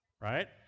right